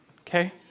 okay